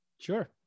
Sure